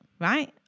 right